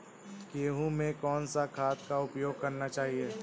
गेहूँ में कौन सा खाद का उपयोग करना चाहिए?